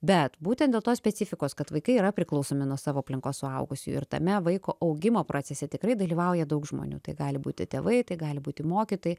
bet būtent dėl tos specifikos kad vaikai yra priklausomi nuo savo aplinkos suaugusiųjų ir tame vaiko augimo procese tikrai dalyvauja daug žmonių tai gali būti tėvai tai gali būti mokytojai